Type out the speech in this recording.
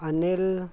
Anil